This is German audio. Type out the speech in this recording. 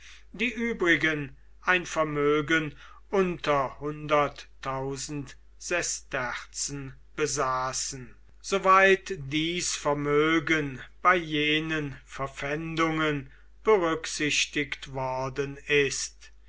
die übrigen ein vermögen unter tausend sesterzen besaßen soweit dies vermögen bei jenen verpfändungen berücksichtigt worden ist